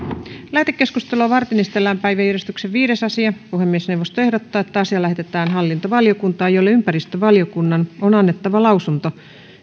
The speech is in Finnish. lähetekeskustelua varten esitellään päiväjärjestyksen viides asia puhemiesneuvosto ehdottaa että asia lähetetään hallintovaliokuntaan jolle ympäristövaliokunnan on annettava lausunto